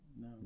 no